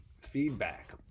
feedback